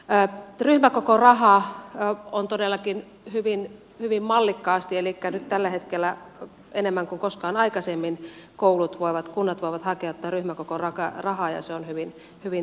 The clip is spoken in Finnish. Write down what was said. ryhmäkokorahaa on todellakin hyvin mallikkaasti elikkä nyt tällä hetkellä enemmän kuin koskaan aikaisemmin koulut ja kunnat voivat hakea tätä ryhmäkokorahaa ja se on hyvin tärkeää